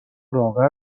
لاغر